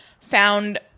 found